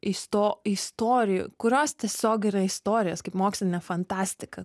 isto istorijų kurios tiesiog yra istorijos kaip mokslinė fantastika